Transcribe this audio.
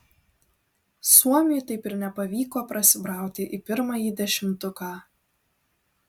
suomiui taip ir nepavyko prasibrauti į pirmąjį dešimtuką